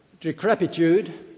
decrepitude